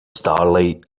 starlight